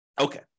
Okay